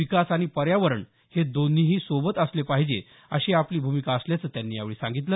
विकास आणि पर्यावरण हे दोन्हीही सोबत असले पाहिजे अशी आपली भूमिका असल्याचं त्यांनी यावेळी सांगितलं